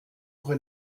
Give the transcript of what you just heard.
suche